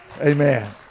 Amen